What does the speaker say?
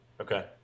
Okay